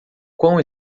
quão